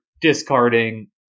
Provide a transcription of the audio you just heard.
discarding